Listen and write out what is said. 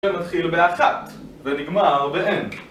נתחיל באחת, ונגמר ב-N